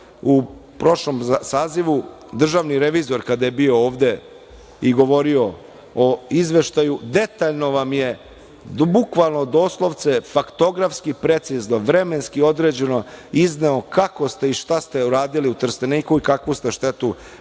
u prošlom sazivu državni revizor kada je bio ovde i govorio o izveštaju. Detaljno vam je, bukvalno doslovce, faktografski precizno, vremenski određeno izneo kako ste i šta ste uradili u Trsteniku i kakvu ste štetu napravili,